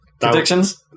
Predictions